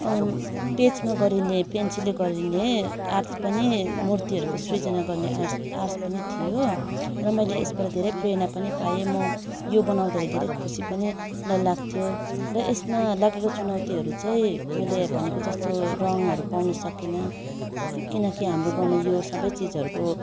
पेजमा गरिने पेन्सिलले गरिने आर्ट्स पनि मुर्तिहरूको सृजना गर्ने आर्ट्स आर्ट्स पनि थियो र मैले यसबाट घेरै प्रेरणा पनि पाएँ म यो बनाउँदारखेरि घेरै खुसी पनि ल लाग्थ्यो र यसमा लागेको चुनौतीहरू चाहिँ मैले भनेको जस्तो रङहरू पाउनु सकिनँ किनकि हाम्रो गाउँमा यो सबै चिजहरूको